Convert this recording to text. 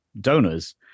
donors